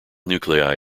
nuclei